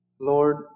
Lord